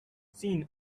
seen